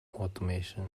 automation